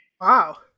Wow